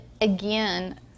again